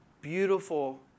beautiful